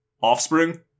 Offspring